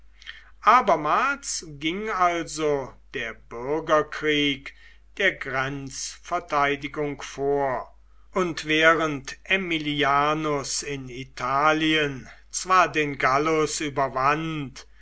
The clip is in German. abermals ging also der bürgerkrieg der grenzverteidigung vor und während aemilianus in italien zwar den gallus überwand